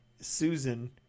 Susan